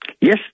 Yes